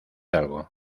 algo